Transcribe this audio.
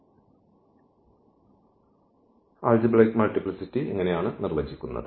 അതിനാൽ ആൾജിബ്രയ്ക് മൾട്ടിപ്ലിസിറ്റി ഇങ്ങനെയാണ് നിർവചിക്കുന്നത്